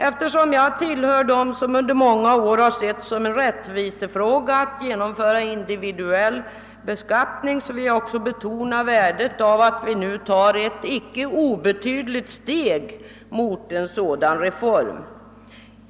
Eftersom jag tillhör dem som under många år har sett det som en rättvisefråga att genomföra en individuell beskattning vill jag också betona värdet av att vi nu tar ett icke obetydligt steg mot en sådan reform.